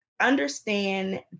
understand